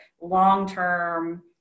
long-term